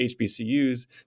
HBCUs